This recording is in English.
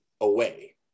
away